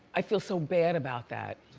i feel so bad about that.